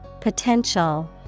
Potential